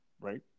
Right